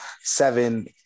seven